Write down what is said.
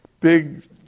Big